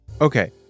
Okay